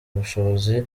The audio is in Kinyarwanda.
ubushobozi